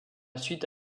suite